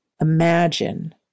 imagine